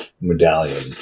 medallion